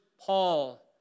Paul